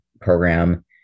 program